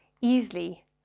easily